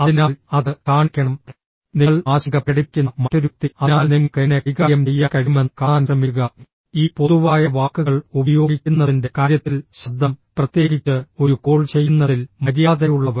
അതിനാൽ അത് കാണിക്കണം നിങ്ങൾ ആശങ്ക പ്രകടിപ്പിക്കുന്ന മറ്റൊരു വ്യക്തി അതിനാൽ നിങ്ങൾക്ക് എങ്ങനെ കൈകാര്യം ചെയ്യാൻ കഴിയുമെന്ന് കാണാൻ ശ്രമിക്കുക ഈ പൊതുവായ വാക്കുകൾ ഉപയോഗിക്കുന്നതിൻറെ കാര്യത്തിൽ ശബ്ദം പ്രത്യേകിച്ച് ഒരു കോൾ ചെയ്യുന്നതിൽ മര്യാദയുള്ളവ